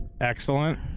excellent